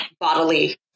bodily